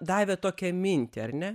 davė tokią mintį ar ne